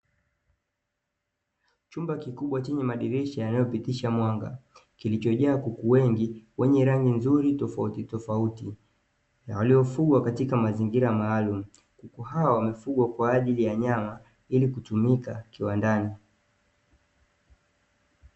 Chumba kikubwa chenye madirisha yanayopitisha mwanga kilichojaa kuku wengi wenye rangi nzuri tofautitofauti, na waliofugwa katika mazingira maalumu. Kuku hawa wanafugwa kwa ajili ya nyama ili kutumika kiwandani.